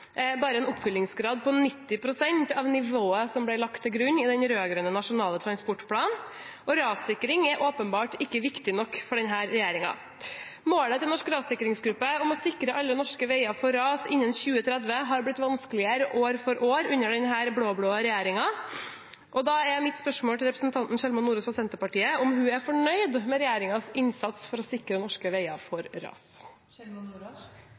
bare en oppfyllingsgrad på 90 pst. av nivået som ble lagt til grunn i den rød-grønne nasjonale transportplanen, og rassikring er åpenbart ikke viktig nok for denne regjeringen. Målet til Nasjonal rassikringsgruppe om å sikre alle norske veier mot ras innen 2030 har blitt vanskeligere år for år under denne blå-blå regjeringen. Da er mitt spørsmål til representanten Sjelmo Nordås fra Senterpartiet: Er hun fornøyd med regjeringens innsats for å sikre norske veier